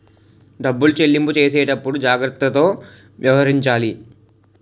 డబ్బులు చెల్లింపు చేసేటప్పుడు జాగ్రత్తతో వ్యవహరించాలి